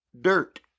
dirt